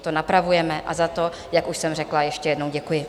To napravujeme a za to, jak už jsem řekla, ještě jednou děkuji.